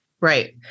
Right